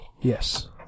Yes